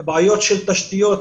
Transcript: בעיות תשתיות,